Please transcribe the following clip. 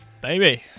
Baby